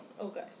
Okay